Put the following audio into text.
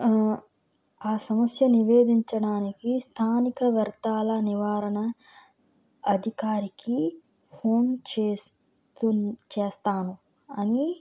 ఆ సమస్య నివేదించడానికి స్థానిక వ్యర్తాల నివారణ అధికారికి ఫోన్ చే చేస్తాను అని